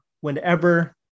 whenever